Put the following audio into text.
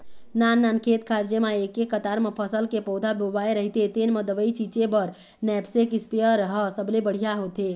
नाननान खेत खार जेमा एके कतार म फसल के पउधा बोवाए रहिथे तेन म दवई छिंचे बर नैपसेक इस्पेयर ह सबले बड़िहा होथे